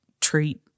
treat